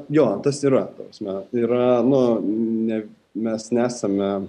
jo tas yra ta prasme yra nu ne mes nesame